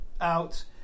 out